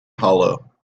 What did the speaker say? hollow